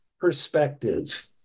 perspective